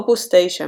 אופוס 9,